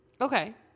Okay